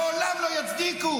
לעולם לא יצדיק.